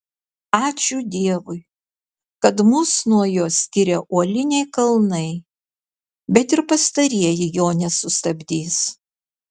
ačiū dievui kad mus nuo jo skiria uoliniai kalnai bet ir pastarieji jo nesustabdys